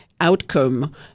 outcome